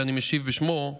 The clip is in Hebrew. שאני משיב בשמו.